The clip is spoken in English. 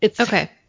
Okay